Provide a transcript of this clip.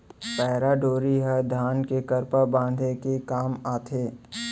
पैरा डोरी ह धान के करपा बांधे के काम आथे